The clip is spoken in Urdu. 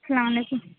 السّلام علیکم